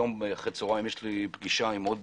היום אחר הצהריים יש לי פגישה עם עוד